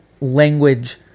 language